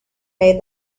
made